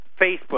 Facebook